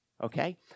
Okay